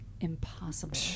impossible